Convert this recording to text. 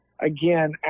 again